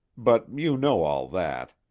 but you know all that.